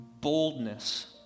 boldness